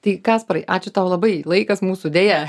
tai kasparai ačiū tau labai laikas mūsų deja